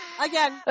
Again